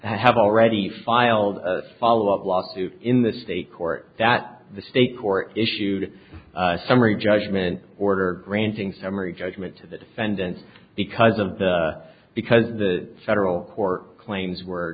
have already filed a follow up lawsuit in the state court that the state court issued summary judgment order granting summary judgment to the defendants because of the because the federal court claims were